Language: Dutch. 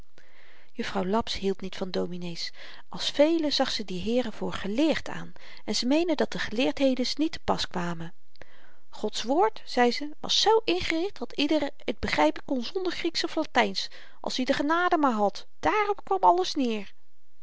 juffrouw laps hield niet van dominees als velen zag ze die heeren voor geleerd aan en ze meende dat geleerdhedens niet te pas kwamen gods woord zei ze was z ingericht dat ieder t begrypen kon zonder grieks of latyns als i de genade maar had dààrop kwam alles